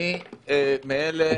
אני מאלה